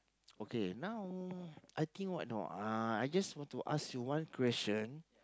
okay now I think what a not I just want to ask you one question